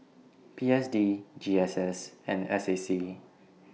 P S D G S S and S A C